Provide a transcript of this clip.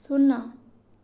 ଶୂନ